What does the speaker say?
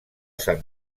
sant